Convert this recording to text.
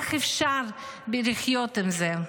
איך אפשר לחיות עם זה?